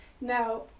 now